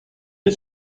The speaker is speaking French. est